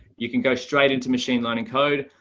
you can go straight into machine learning code.